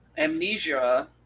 Amnesia